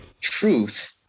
truth